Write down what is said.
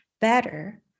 better